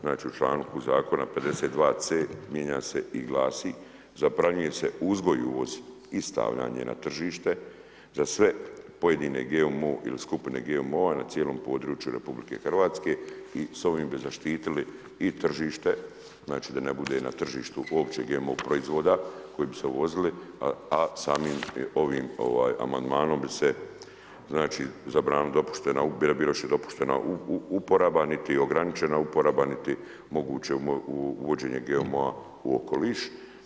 Znači u članku zakona 52 c mijenja se i glasi zabranjuje se uzgoj i uvoz i stavljanje na tržište, za sve pojedine GMO ili skupine GMO-a na cijelom području RH i s ovim bi zaštitili i tržište, znači da ne bude na tržištu opće GMO proizvoda koji bi se uvozili, a samim amandmanom bi se zabranila dopuštena … uporaba niti ograničena uporaba, niti moguće uvođenje GMO u okoliš.